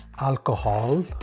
alcohol